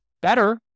better